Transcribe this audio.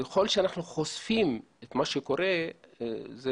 ככל שאנחנו חושפים את מה שקורה זה